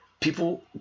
people